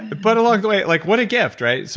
but along the way, like what a gift, right? so